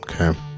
Okay